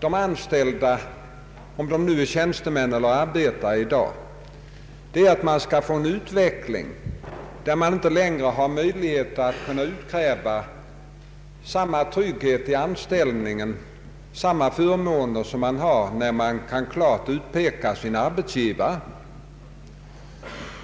de anställda — om de nu är tjänstemän eller arbetare — är att utvecklingen skall bli sådan att man inte längre har möjligheter att kunna utkräva samma trygghet i anställningen och samma förmåner som man har när man klart kan utpeka sin arbetsgivare.